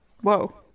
Whoa